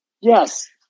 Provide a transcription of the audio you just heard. Yes